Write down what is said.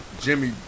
Jimmy